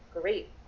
Great